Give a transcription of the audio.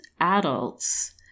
adults